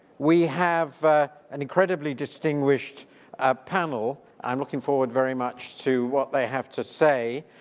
we have an incredibly distinguished ah panel i'm looking forward very much to what they have to say